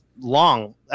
long